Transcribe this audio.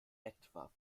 etwa